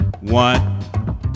One